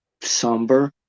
somber